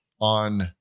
on